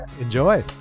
Enjoy